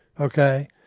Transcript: okay